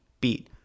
beat